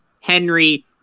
Henry